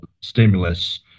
stimulus